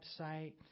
website